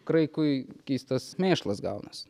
kraikui skystas mėšlas gaunasi